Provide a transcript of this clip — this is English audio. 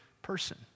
person